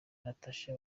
natasha